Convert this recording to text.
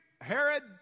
Herod